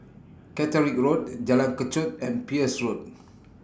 Catterick Road Jalan Kechot and Peirce Road